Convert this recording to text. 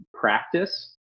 practice